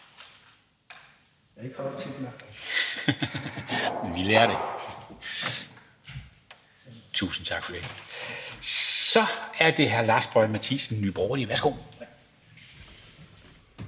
klude der. Tusind tak for det. Så er det hr. Lars Boje Mathiesen, Nye Borgerlige. Værsgo.